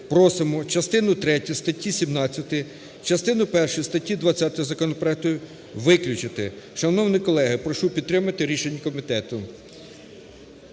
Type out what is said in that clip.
просимо частину третю статті 17, частину першу статті 20 законопроекту виключити. Шановні колеги, прошу підтримати рішення комітету.